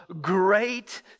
great